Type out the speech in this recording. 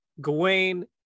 Gawain